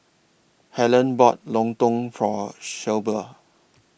Helyn bought Lontong For Shelba